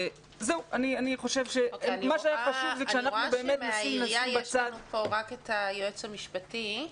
אני רואה שמהעירייה יש לנו פה רק את היועץ המשפטי.